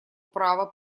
права